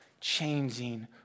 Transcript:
changing